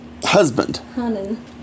husband